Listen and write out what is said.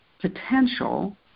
potential